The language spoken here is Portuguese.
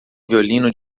violino